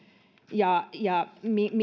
ja ja